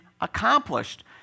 accomplished